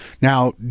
Now